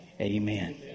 amen